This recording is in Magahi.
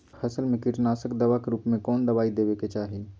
आलू के फसल में कीटनाशक दवा के रूप में कौन दवाई देवे के चाहि?